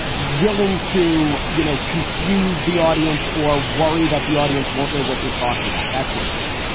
willing to, you know, confuse the audience or worry that the audience won't know what you're talking about, that sort of thing?